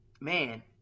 Man